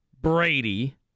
Brady